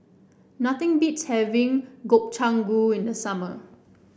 nothing beats having Gobchang Gui in the summer